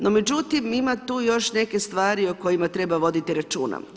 No međutim ima tu još nekih stvari o kojima treba voditi računa.